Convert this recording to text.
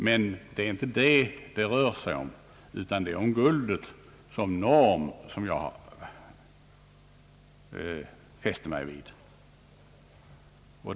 Men det är inte detta som det rör sig om, utan det är guldet såsom norm som jag fäst mig vid.